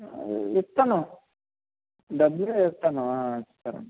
ఇస్తాను డబ్బులే ఇస్తాను సరే